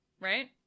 right